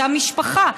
זה המשפחה.